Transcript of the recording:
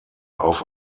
auf